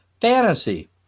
Fantasy